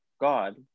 God